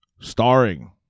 Starring